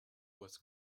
was